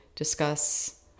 discuss